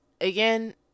Again